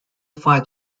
fight